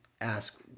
ask